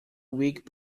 week